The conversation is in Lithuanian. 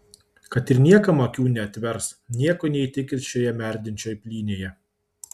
kad ir niekam akių neatvers nieko neįtikins šioje merdinčioj plynėje